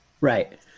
right